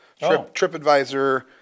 TripAdvisor